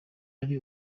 ari